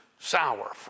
Sour